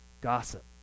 gossip